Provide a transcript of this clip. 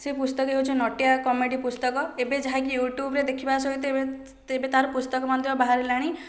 ସେ ପୁସ୍ତକ ହେଉଛି ନଟିଆ କମେଡ଼ି ପୁସ୍ତକ ଏବେ ଯାହାକି ୟୁଟ୍ୟୁବ୍ରେ ଦେଖିବା ସହିତ ଏବେ ତ ଏବେ ତା'ର ପୁସ୍ତକ ମଧ୍ୟ ବାହାରିଲାଣି